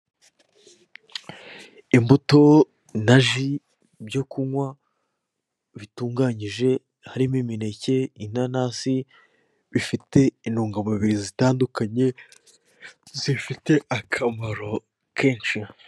Imbuto na ji byo kunywa bitunganyije harimo imineke, inanasi bifite intungamubiri zitandukanye zifite akamaro kenshi.